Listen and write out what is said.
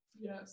yes